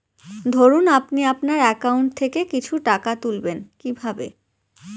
ধরুন আপনি আপনার একাউন্ট থেকে কিছু টাকা তুলবেন কিভাবে?